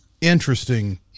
interesting